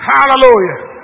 Hallelujah